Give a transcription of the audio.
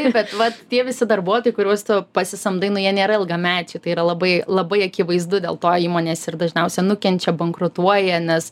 bet vat tie visi darbuotojai kuriuos tu pasisamdai nu jie nėra ilgamečiai tai yra labai labai akivaizdu dėl to įmonės ir dažniausia nukenčia bankrutuoja nes